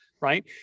right